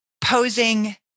posing